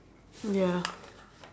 ya